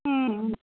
ও